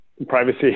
Privacy